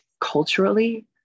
culturally